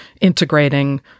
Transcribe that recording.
integrating